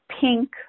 Pink